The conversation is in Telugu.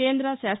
కేంద్ర శాస్త